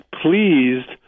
pleased